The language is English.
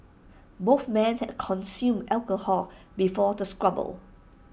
both men had consumed alcohol before the squabble